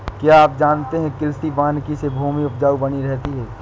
क्या आप जानते है कृषि वानिकी से भूमि उपजाऊ बनी रहती है?